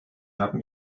haben